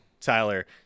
Tyler